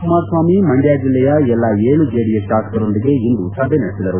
ಕುಮಾರಸ್ವಾಮಿ ಮಂಡ್ಕ ಜಿಲ್ಲೆಯ ಎಲ್ಲಾ ಏಳು ಜೆಡಿಎಸ್ ಶಾಸಕರೊಂದಿಗೆ ಇಂದು ಸಭೆ ನಡೆಸಿದರು